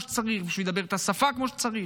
שצריך בשביל לדבר את השפה כמו שצריך.